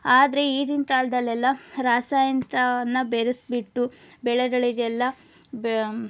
ಆದರೆ ಈಗಿನ ಕಾಲದಲ್ಲೆಲ್ಲ ರಾಸಾಯನಿಕವನ್ನು ಬೇರೆಸಿಬಿಟ್ಟು ಬೆಳೆಗಳಿಗೆಲ್ಲ ಬೆ